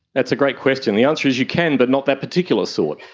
that's a great question. the answer is you can but not that particular sort.